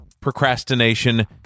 procrastination